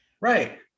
Right